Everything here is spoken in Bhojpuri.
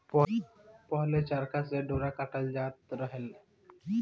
पहिले चरखा से डोरा काटल जात रहे